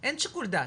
אין שיקול דעת.